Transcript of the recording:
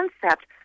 concept